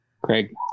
Craig